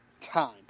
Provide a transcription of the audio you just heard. time